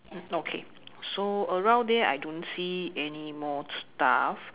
mm okay so around there I don't see anymore stuff